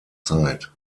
zeit